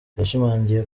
yashimangiye